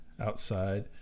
outside